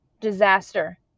disaster